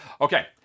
Okay